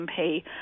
MP